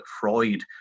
Freud